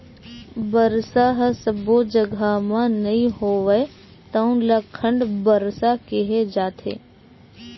बरसा ह सब्बो जघा म नइ होवय तउन ल खंड बरसा केहे जाथे